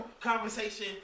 conversation